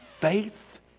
faith